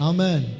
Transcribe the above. Amen